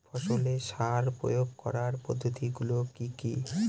ফসলের সার প্রয়োগ করার পদ্ধতি গুলো কি কি?